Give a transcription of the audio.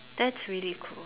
that's really cool